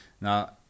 Now